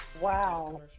Wow